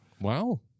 Wow